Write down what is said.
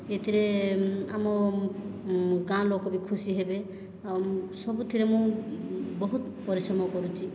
ଏଥିରେ ଆମ ଗାଁ ଲୋକ ବି ଖୁସି ହେବେ ଆଉ ସବୁଥରେ ମୁଁ ବହୁତ ପରିଶ୍ରମ କରୁଛି